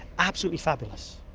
absolutely fabulous.